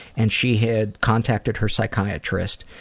and she had contacted her psychiatrist